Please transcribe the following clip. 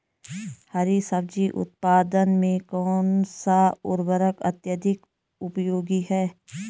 हरी सब्जी उत्पादन में कौन सा उर्वरक अत्यधिक उपयोगी है?